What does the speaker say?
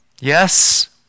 yes